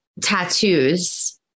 tattoos